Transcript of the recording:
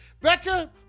Becca